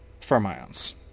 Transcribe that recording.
fermions